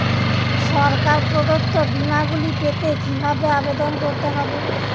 সরকার প্রদত্ত বিমা গুলি পেতে কিভাবে আবেদন করতে হবে?